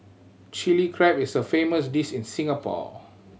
Chilli Crab is a famous dish in Singapore